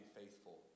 faithful